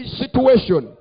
situation